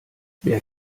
wer